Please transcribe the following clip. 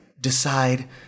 Decide